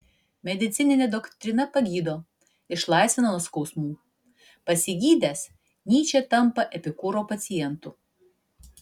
medicininė doktrina pagydo išlaisvina nuo skausmų pasigydęs nyčė tampa epikūro pacientu